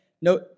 no